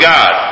God